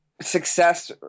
success